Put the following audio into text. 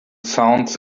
sounds